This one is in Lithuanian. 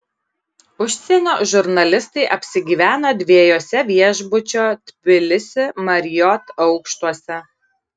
užsienio žurnalistai apsigyveno dviejuose viešbučio tbilisi marriott aukštuose